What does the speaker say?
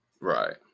Right